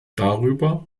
darüber